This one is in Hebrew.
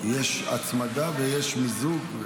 יש הצמדה ויש מיזוג.